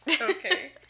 Okay